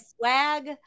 swag